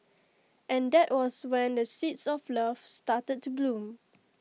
and that was when the seeds of love started to bloom